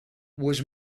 was